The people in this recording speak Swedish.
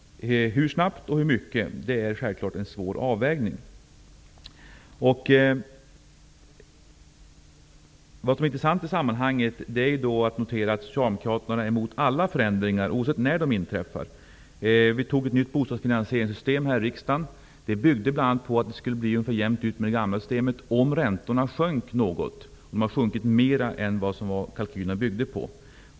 Hur snabbt och hur mycket är självklart en svår avvägning. Det intressanta i sammanhanget är att notera att Socialdemokraterna är emot alla förändringar oavsett när de inträffar. Vi antog ett nytt bostadsfinansieringssystem i riksdagen. Det byggde på bl.a. att det skulle gå jämnt ut med det gamla systemet om räntorna sjönk något. De har sjunkit mer än vad kalkylerna byggde på.